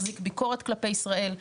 מחזיק ביקורת כלפי ישראל.